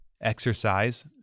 exercise